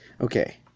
okay